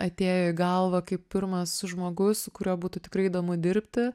atėjo į galvą kaip pirmas žmogus su kuriuo būtų tikrai įdomu dirbti